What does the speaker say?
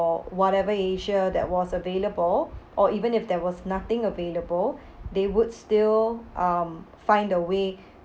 whatever asia that was available or even if there was nothing available they would still um find a way